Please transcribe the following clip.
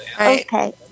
Okay